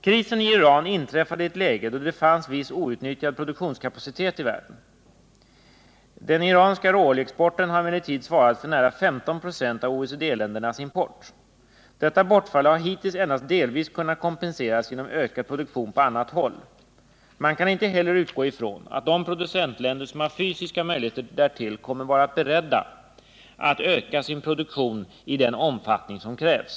Krisen i Iran inträffade i ett läge då det fanns viss outnyttjad produktions kapacitet i världen. Den iranska råoljeexporten har emellertid svarat för nära Nr 94 15 6 av OECD-ländernas import. Detta bortfall har hittills endast delvis — Fredagen den kunnat kompenseras genom ökad produktion på andra håll. Man kan inte 2 mars 1979 heller utgå från att de producentländer som har fysiska möjligheter därtill =. kommer att vara beredda att öka sin produktion i den omfattning som krävs.